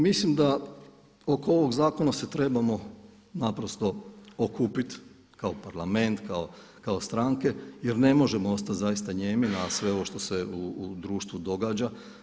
Mislim da oko ovog zakona se trebamo naprosto okupiti kao Parlament kao stranke jer ne možemo ostati zaista nijemi na sve ovo što se u društvu događa.